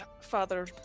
father